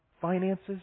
finances